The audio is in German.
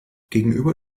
gegenüber